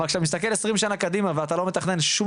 אבל כשאתה מסתכל 20 שנה קדימה ואתה לא מתכנן שום